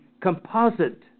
composite